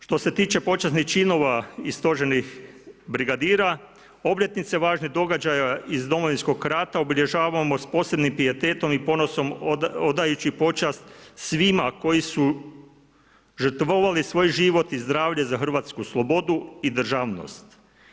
Što se tiče počasnih činova i stožernih brigadira, obljetnice, važne događaje iz Domovinskog rata obilježavamo s posebnim pijetetom i ponosom odajući počast svima koji su žrtvovali svoj život i zdravlje za hrvatsku slobodu i državnost.